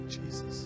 Jesus